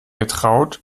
getraut